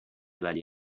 ولی